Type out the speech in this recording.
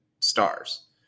stars